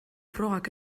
frogak